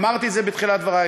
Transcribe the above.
אמרתי את זה בתחילת דברי.